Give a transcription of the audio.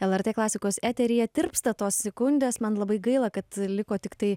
lrt klasikos eteryje tirpsta tos sekundės man labai gaila kad liko tiktai